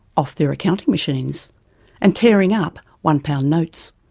off their accounting machines and tearing up one pound notes.